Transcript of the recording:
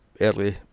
early